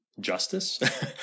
justice